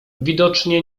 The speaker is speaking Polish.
widocznie